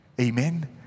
Amen